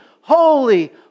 holy